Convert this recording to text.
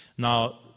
Now